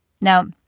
Now